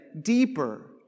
deeper